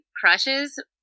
crushes